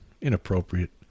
Inappropriate